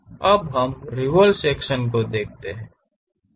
अब हम revolve section को देखते हैं